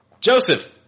Joseph